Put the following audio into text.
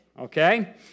Okay